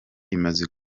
imaze